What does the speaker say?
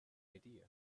idea